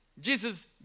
Jesus